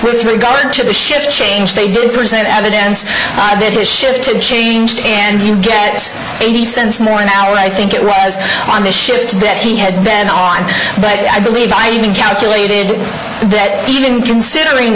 with regard to the shift change they did present evidence i did has shifted changed and you get eighty cents more an hour i think it was on the shift that he had then on but i believe i even calculated that even considering